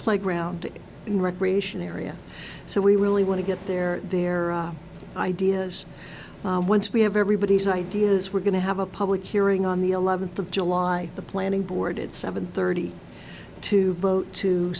playground and recreation area so we really want to get there their ideas once we have everybody's ideas we're going to have a public hearing on the eleventh of july the planning board at seven thirty to vote to